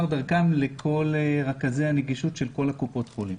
דרכם לכל רכזי הנגישות של קופות החולים.